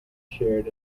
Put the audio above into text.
shared